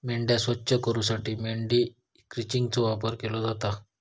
मेंढ्या स्वच्छ करूसाठी मेंढी क्रचिंगचो वापर केलो जाता